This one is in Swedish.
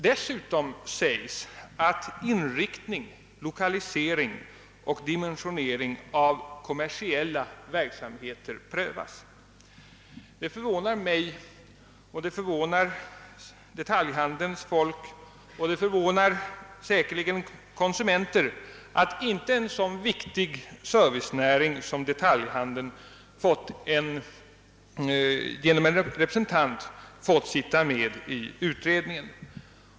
Dessutom sägs att inriktning, lokalisering och dimensionering av kommersiella verksamheter prövas. Det förvånar mig och detaljhandelns folk och säkerligen också konsumenterna att inte en så viktig servicenäring som detaljhandeln fått ha en representant med i utredningen.